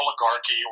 oligarchy